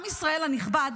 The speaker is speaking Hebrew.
עם ישראל הנכבד,